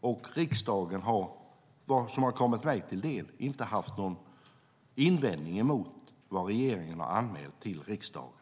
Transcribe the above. och riksdagen har - utifrån vad som har kommit mig till del - inte haft någon invändning mot vad regeringen har anmält till riksdagen.